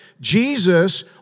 Jesus